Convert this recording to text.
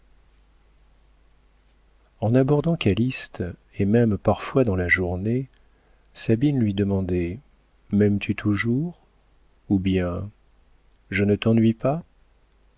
en abordant calyste et même parfois dans la journée sabine lui demandait m'aimes-tu toujours ou bien je ne t'ennuie pas